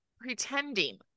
pretending